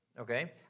Okay